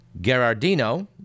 Gerardino